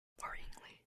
worryingly